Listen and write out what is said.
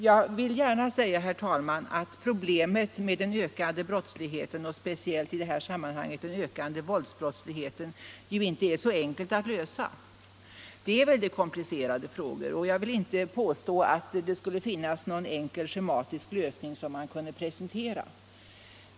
Jag vill gärna säga, herr talman, att problemet med den ökade brottsligheten och speciellt i det här sammanhanget ökande våldsbrottsligheten inte är så enkelt att lösa. Det är väldigt komplicerade frågor, och jag vill inte påstå att det skulle finnas någon enkel schematisk lösning som man kunde presentera.